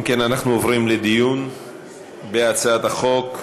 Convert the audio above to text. אם כן, אנחנו עוברים לדיון בהצעת החוק.